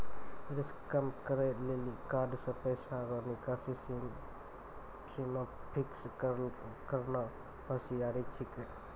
risk कम करै लेली कार्ड से पैसा रो निकासी सीमा फिक्स करना होसियारि छिकै